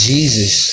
Jesus